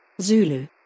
Zulu